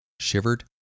shivered